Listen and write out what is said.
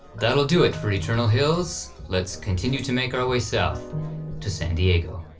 that'll do it for eternal hills. let's continue to make our way south to san diego.